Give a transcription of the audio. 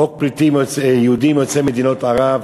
חוק פליטים יהודים יוצאי מדינות ערב.